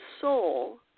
soul